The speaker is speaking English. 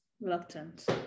reluctant